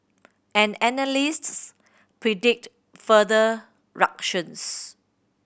and analysts predict further ructions